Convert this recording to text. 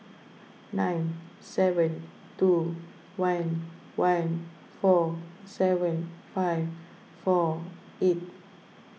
nine seven two one one four seven five four eight